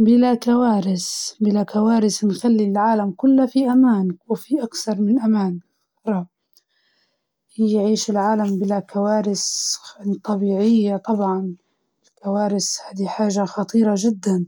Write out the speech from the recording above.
الجريمة أكيد، لكوارث الطبيعية نجدر نحاول نخففها ونخفف من آثارها ولا نستعد له، بس الجريمة تخرب المجتمع وتخلي الناس يعيشو في خوف، ورعب تام،